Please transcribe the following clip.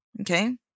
Okay